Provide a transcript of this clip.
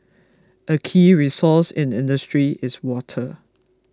a key resource in industry is water